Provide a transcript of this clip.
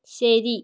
ശരി